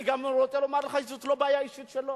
אני רוצה גם לומר לך שזאת לא בעיה אישית שלו.